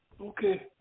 Okay